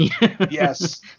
Yes